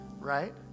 right